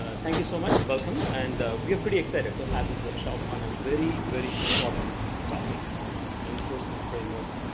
ah thank you so much. welcome, and we are pretty excited to have this workshop on a very, very important topic on enforcement frameworks,